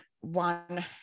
one